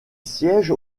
siège